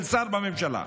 של שר בממשלה,